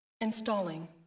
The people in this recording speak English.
Installing